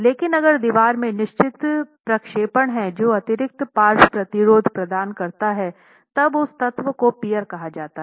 लेकिन अगर दीवार में निश्चित प्रक्षेपण है जो अतिरिक्त पार्श्व प्रतिरोध प्रदान करता है तब उस तत्व को पियर कहा जाता है